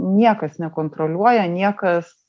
niekas nekontroliuoja niekas